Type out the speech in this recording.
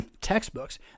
textbooks